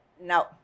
no